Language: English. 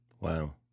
Wow